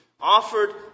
offered